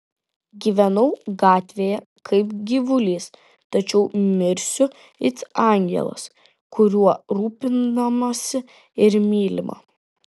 gyvenau gatvėje kaip gyvulys tačiau mirsiu it angelas kuriuo rūpinamasi ir mylima